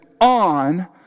on